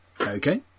Okay